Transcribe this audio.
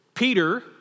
Peter